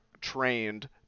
trained